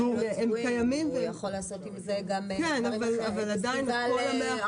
אבל הם לא צבועים והוא יכול לעשות עם זה גם את פסטיבל האורות.